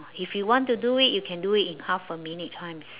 if you want to do it you can do it in half a minute time